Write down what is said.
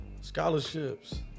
Scholarships